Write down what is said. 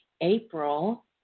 April